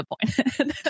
disappointed